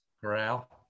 Corral